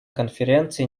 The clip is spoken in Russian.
конференции